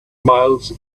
miles